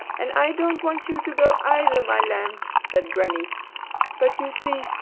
and i don't want you to go, either, my lambs, said granny but, you see,